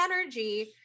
energy